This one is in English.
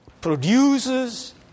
produces